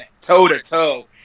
toe-to-toe